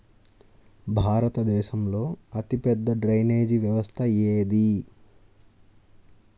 భారతదేశంలో అతిపెద్ద డ్రైనేజీ వ్యవస్థ ఏది?